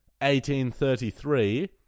1833